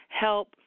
help